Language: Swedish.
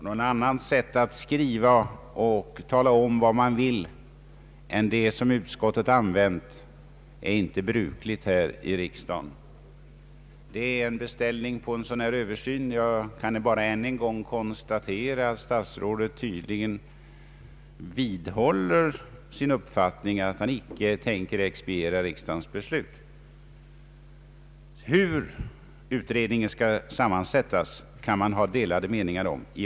Något annat sätt att skriva och tala om vad man vill än det som utskottet använt är inte brukligt här i riksdagen. Det är en beställning av en översyn. Jag kan bara än en gång konstatera att statsrådet tydligen vidhåller sin uppfattning att han icke tänker expediera riksdagens beslut. Hur utredningen skall sammansättas kan man ha delade meningar om.